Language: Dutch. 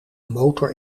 motor